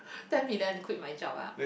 ten million quit my job ah